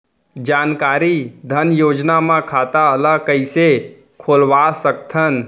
जानकारी धन योजना म खाता ल कइसे खोलवा सकथन?